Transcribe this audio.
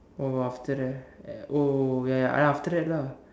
or after that at oh ya ya after that lah